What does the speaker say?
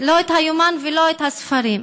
לא את היומן ולא את הספרים.